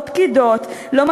לא פקידות,